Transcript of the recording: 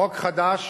חוק חדש